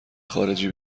خارجی